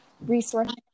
resources